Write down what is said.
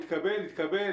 אם יתקבל יתקבל,